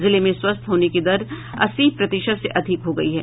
जिले में स्वस्थ होने की दर अस्सी प्रतिशत से अधिक हो गयी है